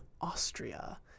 Austria